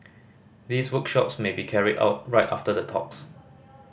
these workshops may be carried out right after the talks